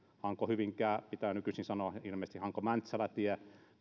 hanko hyvinkää tie pitää nykyisin sanoa ilmeisesti hanko mäntsälä tie